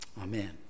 Amen